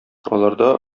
аларда